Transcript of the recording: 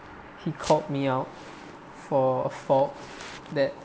he caught me out for a fault that